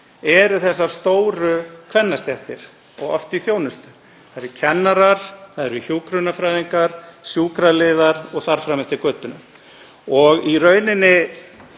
eru hinar stóru kvennastéttir, sem oft eru í þjónustustörfum. Það eru kennarar, það eru hjúkrunarfræðingar, sjúkraliðar og þar fram eftir götunum. Í rauninni